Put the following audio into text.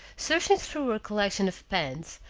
searching through her collection of pens,